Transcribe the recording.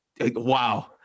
Wow